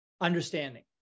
understanding